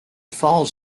falls